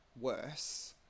worse